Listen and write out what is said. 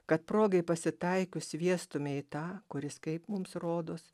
kad progai pasitaikius sviestume į tą kuris kaip mums rodos